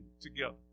together